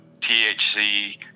THC